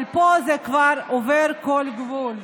אבל פה זה כבר עובר כל גבול.